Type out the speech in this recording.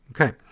Okay